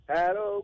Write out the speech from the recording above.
Hello